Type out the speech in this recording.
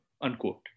unquote